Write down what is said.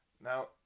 Now